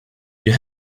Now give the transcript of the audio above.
you